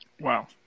Wow